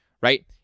right